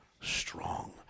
strong